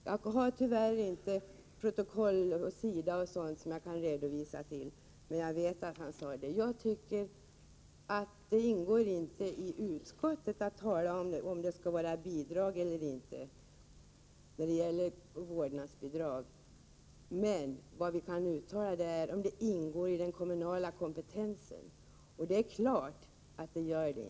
Jag kan tyvärr inte redovisa på vilken sida i protokollet det står, men jag vet att han sade så. Det ingår emellertid inte i utskottets arbete att avgöra om det skall vara vårdnadsbidrag eller inte. Vad utskottet kan uttala sig om är huruvida det skall ingå i den kommunala kompetensen att ge bidrag. Det är klart att det inte gör det.